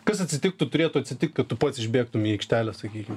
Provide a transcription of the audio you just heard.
kas atsitiktų turėtų atsitikt kad tu pats išbėgtum į aikštelę sakykim